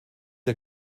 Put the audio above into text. der